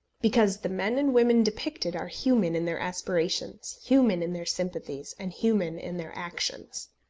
because the men and women depicted are human in their aspirations, human in their sympathies, and human in their actions.